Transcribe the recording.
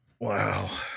Wow